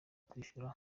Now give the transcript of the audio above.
kwishyura